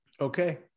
okay